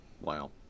Wow